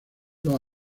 los